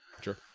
Sure